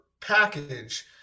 package